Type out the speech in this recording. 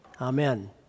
Amen